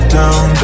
down